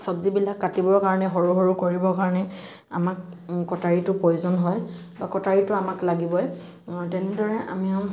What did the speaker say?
চবজিবিলাক কাটিবৰ কাৰণে সৰু সৰু কৰিবৰ কাৰণে আমাক কটাৰিটো প্ৰয়োজন হয় বা কটাৰীটো আমাক লাগিবই তেনেদৰে আমিও